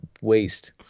waste